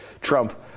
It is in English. Trump